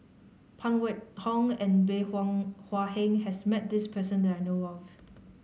Phan Wait Hong and Bey Hua Hua Heng has met this person that I know of